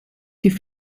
die